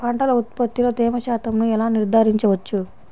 పంటల ఉత్పత్తిలో తేమ శాతంను ఎలా నిర్ధారించవచ్చు?